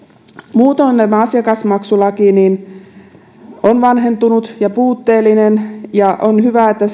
muutoin tämä asiakasmaksulaki on vanhentunut ja puutteellinen ja on hyvä että